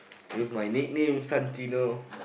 with my nickname Santino